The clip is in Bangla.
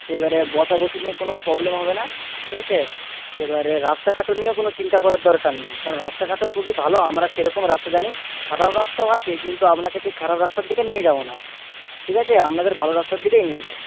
এবারে বসাবসি নিয়ে কোনো প্রবলেম হবে না ঠিক আছে এবারে রাস্তাঘাটও নিয়েও কোনো চিন্তা করার দরকার নেই কারণ রাস্তাঘাটও খুবই ভালো আমরা সেরকম রাস্তা জানি খারাপ রাস্তাও আছে কিন্তু আপনাকে সেই খারাপ রাস্তার দিকে নিয়ে যাব না ঠিক আছে আপনাদের ভালো রাস্তার দিকেই নিয়ে যাব